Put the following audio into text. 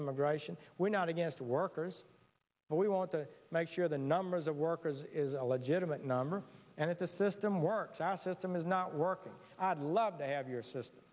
immigration we're not against workers but we want to make sure the numbers of workers is a legitimate number and if the system works assets them is not working i'd love to have your system